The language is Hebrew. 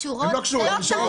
הן לא קשורות לזה.